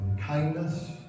kindness